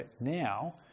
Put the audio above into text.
now